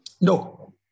No